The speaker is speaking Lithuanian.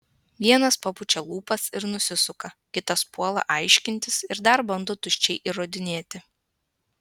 vienas papučia lūpas ir nusisuka kitas puola aiškintis ir dar bando tuščiai įrodinėti